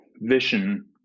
vision